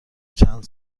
چند